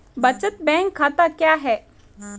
बचत बैंक खाता क्या है?